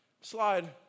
slide